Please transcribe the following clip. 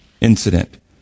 incident